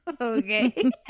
Okay